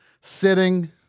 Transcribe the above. sitting